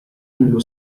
nello